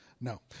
No